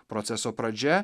proceso pradžia